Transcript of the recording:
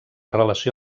relació